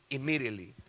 Immediately